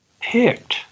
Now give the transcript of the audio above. picked